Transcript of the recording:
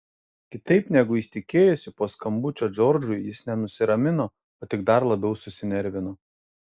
kitaip negu jis tikėjosi po skambučio džordžui jis ne nusiramino o tik dar labiau susinervino